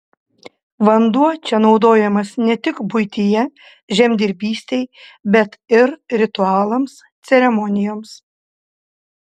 vanduo čia naudojamas ne tik buityje žemdirbystei bet ir ritualams ceremonijoms